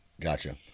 gotcha